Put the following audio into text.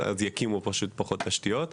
יקימו פחות תשתיות.